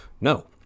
No